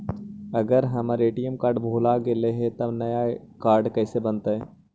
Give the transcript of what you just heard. अगर हमर ATM card भुला गैलै हे तब नया काड कइसे बनतै?